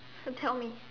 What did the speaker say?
so tell me